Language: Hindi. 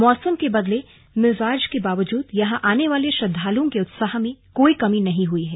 मौसम के बदले मिजाज के बावजूद यहां आने वाले श्रद्धालुओं के उत्साह में कोई कमी नहीं हुई है